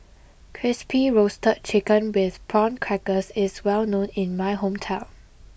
Crispy Roasted Chicken with Prawn Crackers is well known in my hometown